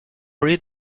read